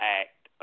act